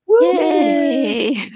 Yay